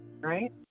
Right